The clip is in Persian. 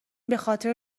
بخاطر